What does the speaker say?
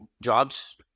jobs